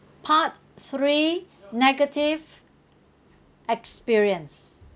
part three negative experience